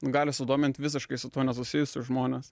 gali sudomint visiškai su tuo nesusijusius žmones